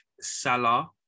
Salah